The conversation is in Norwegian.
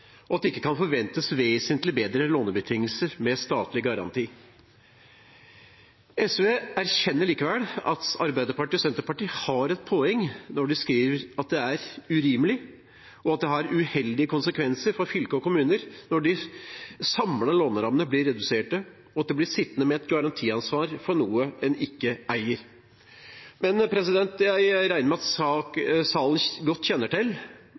og at det ikke kan forventes vesentlig bedre lånebetingelser med statlig garanti. SV erkjenner likevel at Arbeiderpartiet og Senterpartiet har et poeng når de skriver at det er «urimeleg, og at det har uheldige konsekvensar for fylke og kommunar då dei samla låneråmene blir reduserte, og at ein blir sitjande med eit garantiansvar for noko ein ikkje eig.» Men jeg regner med at salen godt kjenner til